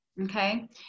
Okay